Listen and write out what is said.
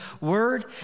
word